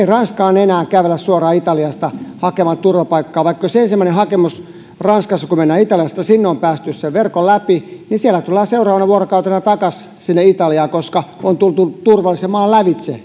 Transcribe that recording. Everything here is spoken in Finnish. ranskaan enää kävellä suoraan italiasta hakemaan turvapaikkaa vaikka olisi ensimmäinen hakemus ranskassa kun mennään italiasta sinne on päästy sen verkon läpi sieltä tullaan seuraavana vuorokautena takaisin italiaan koska ranskaan on tultu turvallisen maan lävitse